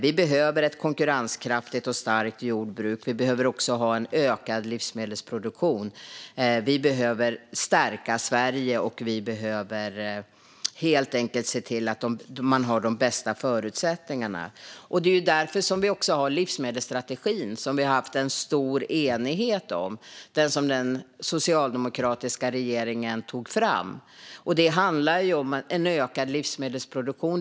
Vi behöver ett konkurrenskraftigt och starkt jordbruk. Vi behöver också en ökad livsmedelsproduktion. Vi behöver stärka Sverige, och vi behöver helt enkelt se till att man har de bästa förutsättningarna. Det är också därför vi har livsmedelsstrategin, som vi har haft en stor enighet om och som den socialdemokratiska regeringen tog fram. Det handlar om ökad livsmedelsproduktion.